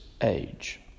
age